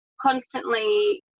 constantly